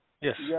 Yes